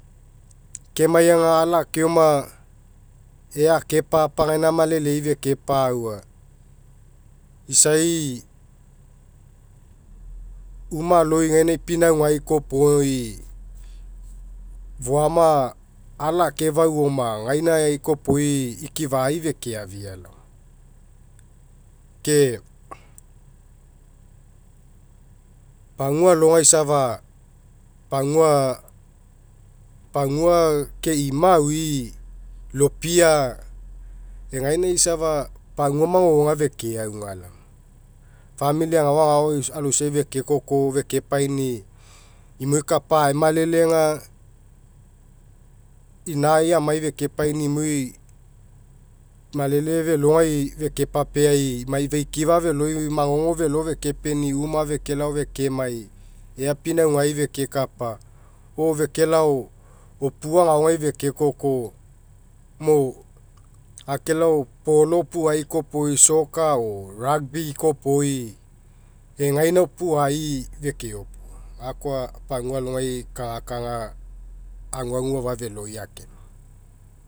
Kemai aga ala'akeoma ea akepapa gaina malelai feke paua isai uma aloi gainai pinaugai kopoi foama ala akefau oma gainai kopoi ifiai fekeafia laoma. Ke pagua alogai safa pagua pagua keima aui lopia egainai safa pagua magogo fekeauga laona. Famili agao agao aloisai fekekoko fekepaini'i imoi kapa aemalele aga inai amai feke paini imoi malele felogai fekepapeai maifa ikifa feloi magogo felo fekepeni'i uma fekelao fekemai ea pinuagai fekekapa o fekelao opua agaogai fekekoko mo akelao polo opuai kopoi soccer or rugby kopoi egaina opuai fekeopua gakoa pagua alogai kagakaga aguagu afa feloi akemia.